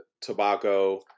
tobacco